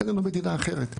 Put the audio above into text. אין לנו מדינה אחרת.